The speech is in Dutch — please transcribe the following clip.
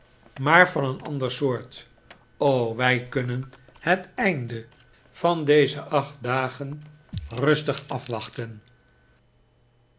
maar van een ander soort o wij kunnen het einde van deze acht dagen rustig afwachten